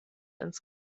ins